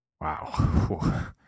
Wow